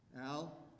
Al